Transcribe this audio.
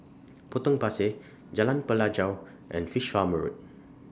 Potong Pasir Jalan Pelajau and Fish Farm Road